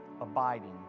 abiding